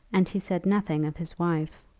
and he said nothing of his wife,